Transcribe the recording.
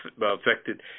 affected